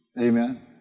Amen